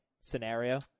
scenario